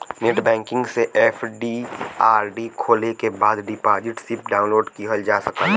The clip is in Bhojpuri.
नेटबैंकिंग से एफ.डी.आर.डी खोले के बाद डिपाजिट स्लिप डाउनलोड किहल जा सकला